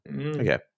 Okay